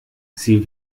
sie